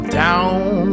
down